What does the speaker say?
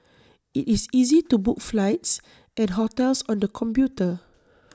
IT is easy to book flights and hotels on the computer